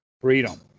freedom